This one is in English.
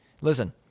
listen